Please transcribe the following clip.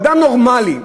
אדם נורמלי,